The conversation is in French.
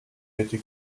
été